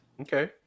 okay